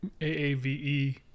AAVE